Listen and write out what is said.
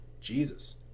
Jesus